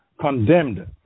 condemned